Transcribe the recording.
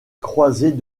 croisées